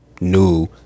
New